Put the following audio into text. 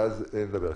ואז נדבר.